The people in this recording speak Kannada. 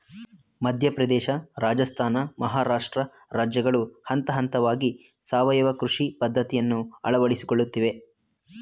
ಮಧ್ಯಪ್ರದೇಶ, ರಾಜಸ್ಥಾನ, ಮಹಾರಾಷ್ಟ್ರ ರಾಜ್ಯಗಳು ಹಂತಹಂತವಾಗಿ ಸಾವಯವ ಕೃಷಿ ಪದ್ಧತಿಯನ್ನು ಅಳವಡಿಸಿಕೊಳ್ಳುತ್ತಿವೆ